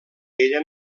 ella